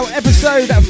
episode